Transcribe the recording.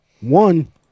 One